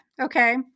Okay